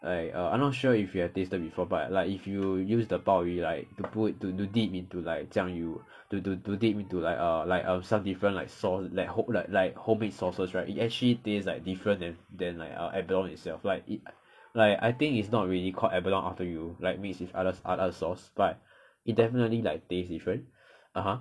like err I'm not sure if you have tasted before but like if you use the 鲍鱼 like to put to dip into like 酱油 to to dip into like err like err some different like sauce like hom~ like homemade sauces right it actually taste like different than than like err abalone itself like it like I think it's not really called abalone after you like mix with other other sauce but it definitely like taste different (uh huh)